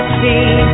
see